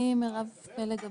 אני מירב פלג גבאי,